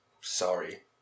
sorry